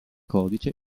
codice